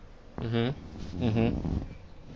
mmhmm mmhmm